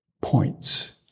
points